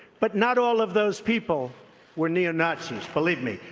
but not all of those people were neo-nazis, believe me.